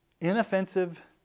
inoffensive